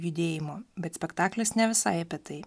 judėjimo bet spektaklis ne visai apie tai